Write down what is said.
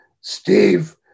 Steve